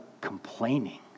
complaining